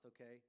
okay